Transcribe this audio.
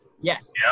Yes